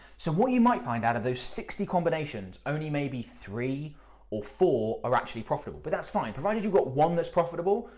so what you might find, out of those sixty combinations, only maybe three or four are actually profitable, but that's fine. provided you've got one that's profitable,